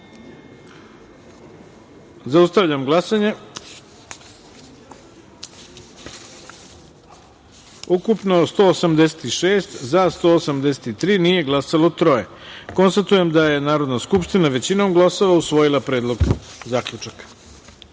taster. Zaustavljam glasanja. Ukupno 186, za - 183, nije glasalo troje. Konstatujem da je Narodna skupština većinom glasova usvojila Predlog zaključaka. Dame